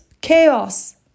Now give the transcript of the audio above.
chaos